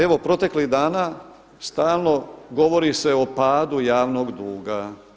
Evo proteklih dana stalno govori se o padu javnog duga.